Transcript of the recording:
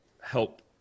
help